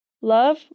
Love